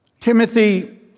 Timothy